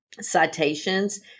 citations